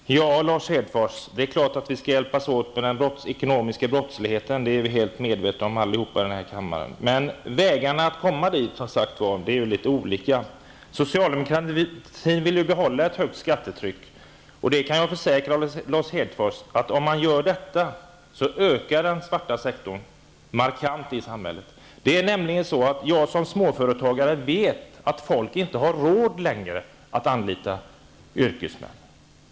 Fru talman! Lars Hedfors, det är klart att vi skall hjälpas åt att komma till rätta med den ekonomiska brottsligheten. Det är vi alla medvetna om i denna kammare. Men vi har litet olika vägar för att nå det målet. Socialdemokraterna vill behålla ett högt skattetryck. Jag kan försäkra Lars Hedfors att om man gör så, ökar den svarta sektorn markant i samhället. Jag som småföretagare vet nämligen att folk inte längre har råd att anlita yrkesmän.